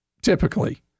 typically